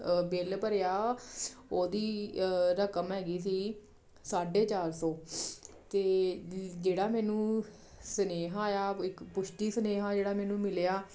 bill ਭਰਿਆ ਉਹਦੀ ਰਕਮ ਹੈਗੀ ਸੀ ਸਾਢੇ ਚਾਰ ਸੌ ਅਤੇ ਜਿਹੜਾ ਮੈਨੂੰ ਸੁਨੇਹਾ ਆਇਆ ਇੱਕ ਪੁਸ਼ਟੀ ਸੁਨੇਹਾ ਜਿਹੜਾ ਮੈਨੂੰ ਮਿਲਿਆ